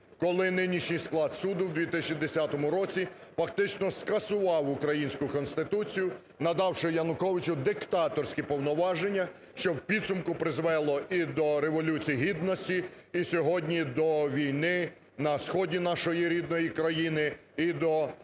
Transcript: коли нинішній склад суду у 2010 році, фактично, скасував українську Конституцію, надавши Януковичу диктаторські повноваження, що в підсумку призвело і до Революції гідності, і сьогодні до війни на сході нашої рідної країни і до